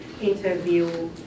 interview